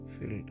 filled